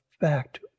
fact